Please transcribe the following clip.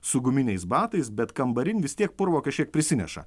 su guminiais batais bet kambarin vis tiek purvo kažkiek prisineša